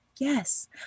Yes